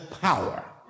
power